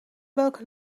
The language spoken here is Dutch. welke